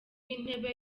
w’intebe